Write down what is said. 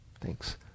Thanks